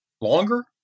longer